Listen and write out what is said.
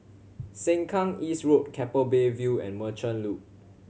Sengkang East Road Keppel Bay View and Merchant Loop